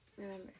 Remember